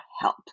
help